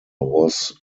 was